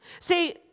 See